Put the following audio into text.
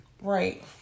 Right